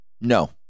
No